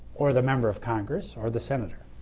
or the member of congress or the senator.